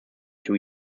two